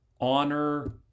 Honor